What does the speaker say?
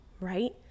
right